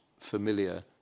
familiar